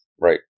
Right